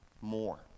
more